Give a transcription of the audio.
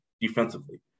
defensively